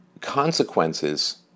consequences